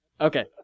okay